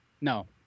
No